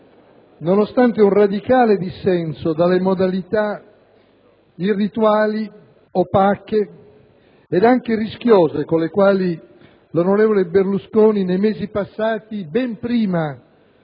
nonostante un radicale dissenso dalle modalità irrituali, opache e anche rischiose con le quali l'onorevole Berlusconi nei mesi passati, ben prima